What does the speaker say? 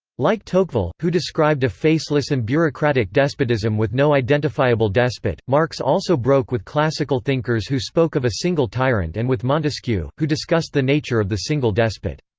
like tocqueville, who described a faceless and bureaucratic despotism with no identifiable despot, marx also broke with classical thinkers who spoke of a single tyrant and with montesquieu, who discussed the nature of the single despot.